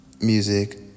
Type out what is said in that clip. music